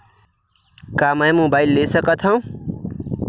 का मै मोबाइल ले कर सकत हव?